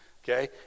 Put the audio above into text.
Okay